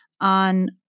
on